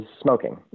smoking